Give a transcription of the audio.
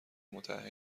متعهد